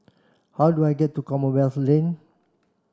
how do I get to Commonwealth Lane